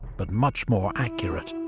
but much more accurate.